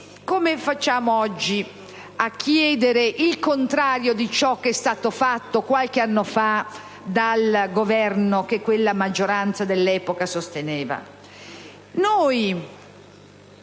Come si fa oggi a chiedere il contrario di ciò che è stato fatto qualche anno fa dal Governo che la maggioranza dell'epoca sosteneva?